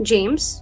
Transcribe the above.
James